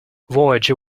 voyager